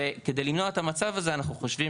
כדי למנוע את המצב הזה אנחנו חושבים